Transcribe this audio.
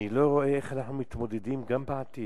אני לא רואה איך אנחנו מתמודדים גם בעתיד.